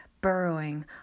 burrowing